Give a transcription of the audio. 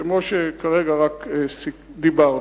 כמו שכרגע רק דיברנו,